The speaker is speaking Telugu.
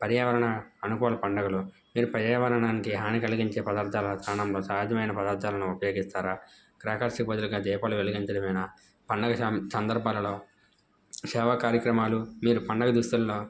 పర్యావరణ అనుకూల పండుగలు మీరు పర్యావరణానికి హాని కలిగించే పదార్థాల స్థానంలో సహజమైన పదార్థాలను ఉపయోగిస్తారా క్రాకర్స్కు బదులుగా దీపాలు వెలిగించడమేనా పండగ సం సందర్భాలలో సేవ కార్యక్రమాలు మీరు పండగ దుస్తుల్లో